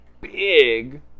big